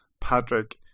Patrick